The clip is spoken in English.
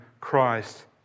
Christ